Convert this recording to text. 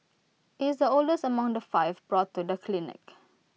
IT is the oldest among the five brought to the clinic